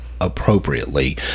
Appropriately